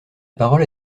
parole